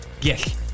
Yes